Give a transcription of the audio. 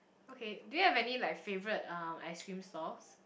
okay do you have any like favourite uh ice-cream stalls